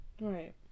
right